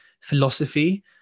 philosophy